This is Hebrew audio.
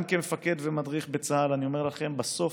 גם כמפקד ומדריך בצה"ל אני אומר לכם: בסוף,